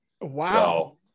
Wow